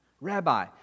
Rabbi